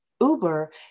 Uber